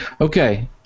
Okay